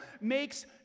makes